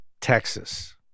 Texas